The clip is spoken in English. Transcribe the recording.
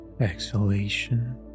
exhalation